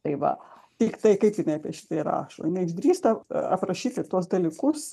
tai va tiktai kaip jinai apie šitai rašo jinai drįsta aprašyti tuos dalykus